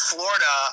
Florida